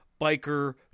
biker